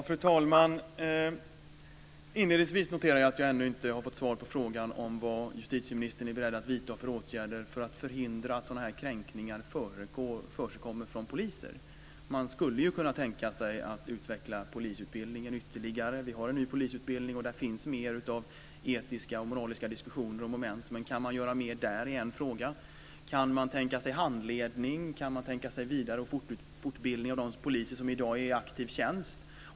Fru talman! Inledningsvis noterar jag att jag ännu inte har fått svar på frågan om vad justitieministern är beredd att vidta för åtgärder för att förhindra att sådana här kränkningar förekommer från poliser. Man skulle ju kunna tänka sig att utveckla polisutbildningen ytterligare. Vi har en ny polisutbildning, och där finns mer av etiska och moraliska diskussioner och moment. Men en fråga är: Kan man göra mer där? Kan man tänka sig handledning? Kan man tänka sig vidare och fortbildning av de poliser som i dag är i aktiv tjänst?